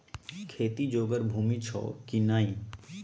खेती जोगर भूमि छौ की नै?